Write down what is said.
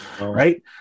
Right